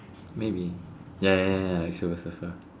maybe ya ya ya ya like silver surfer